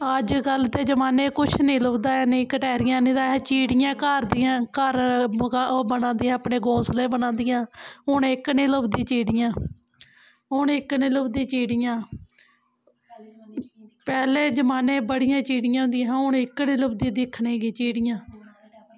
अज्जकल दे जमान्ने कुछ नी लभदा ऐ मेईं गटैरियां नेईं तां चिड़ियां घर दियां घर ओह् बनांदियां ओह् घौंसले बनांदियां हून इक नेईं लभदी चिड़ियां हून इक नी लभदियां चिड़ियां पैह्ले जमान्ने बड़ियां चिड़ियां होंदियां हां हून इक नी लभदी दिक्खने गी चिड़ियां